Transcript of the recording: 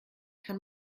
kann